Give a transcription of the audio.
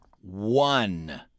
one